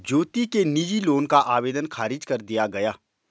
ज्योति के निजी लोन का आवेदन ख़ारिज कर दिया गया